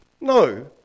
No